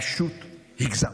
פשוט הגזמת.